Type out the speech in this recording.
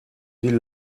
die